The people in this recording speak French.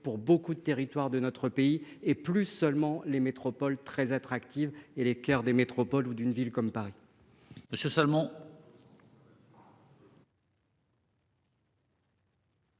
pour beaucoup de territoires de notre pays et plus seulement les métropole très attractive, et les des métropoles ou d'une ville comme Paris.